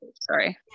sorry